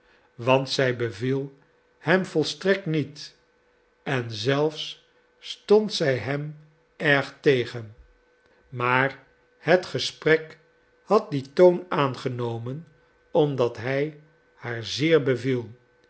want zij beviel hem volstrekt niet en zelfs stond zij hem erg tegen maar het gesprek had dien toon aangenomen omdat hij haar zeer beviel